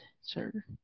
sir